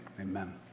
Amen